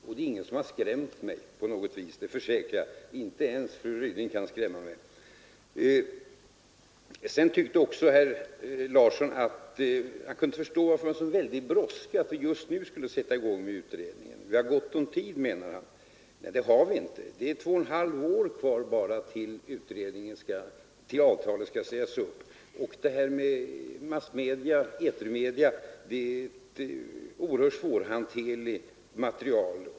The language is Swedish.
Och det är ingen som har skrämt mig på något sätt, det försäkrar jag. Inte ens fru Ryding kan skrämma mig. Vidare kunde herr Larsson inte förstå varför det just nu var så bråttom med att sätta i gång en utredning. Vi har ju gott om tid, menade herr Larsson. Nej, det har vi inte. Det är bara två och ett halvt år kvar till dess avtalet skall sägas upp, och detta med etermedierna är en mycket svårhanterlig materia.